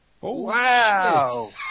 Wow